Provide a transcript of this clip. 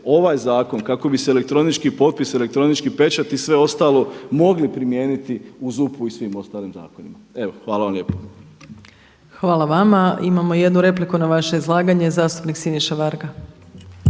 ovaj zakon, kako bi se elektronički potpis, elektronički pečat i sve ostalo mogli primijeniti u ZUP-u i svim ostalim zakonima. Evo hvala vam lijepo. **Opačić, Milanka (SDP)** Hvala vama. Imamo jednu repliku na vaše izlaganje, zastupnik Siniša Varga.